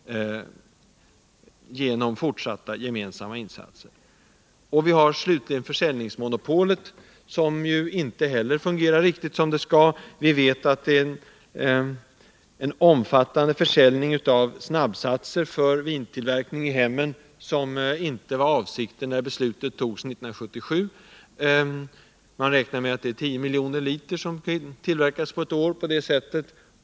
Slutligen har vi frågan om försäljningsmonopolet, som ju inte heller fungerar riktigt som det skall. Vi vet att det sker en omfattande försäljning av snabbsatser för vintillverkning i hemmen, vilket inte var avsikten när beslutet fattades 1977. Man räknar med att tio miljoner liter per år tillverkas på detta sätt.